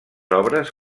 obres